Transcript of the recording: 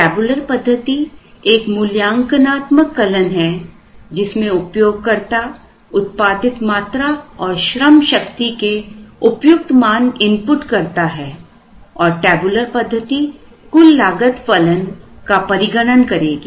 tabular पद्धति एक मूल्यांकनात्मक कलन है जिसमें उपयोगकर्ता उत्पादित मात्रा और श्रम शक्ति के उपयुक्त मान इनपुट करता है और टेबुलर पद्धति कुल लागत फलन का परिगणन करेगी